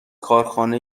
کارخانه